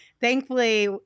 Thankfully